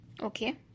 Okay